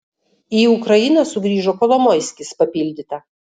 į ukrainą sugrįžo kolomoiskis papildyta